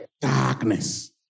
darkness